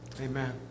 Amen